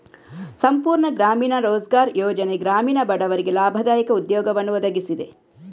ಸಂಪೂರ್ಣ ಗ್ರಾಮೀಣ ರೋಜ್ಗಾರ್ ಯೋಜನೆ ಗ್ರಾಮೀಣ ಬಡವರಿಗೆ ಲಾಭದಾಯಕ ಉದ್ಯೋಗವನ್ನು ಒದಗಿಸಿದೆ